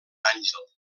àngel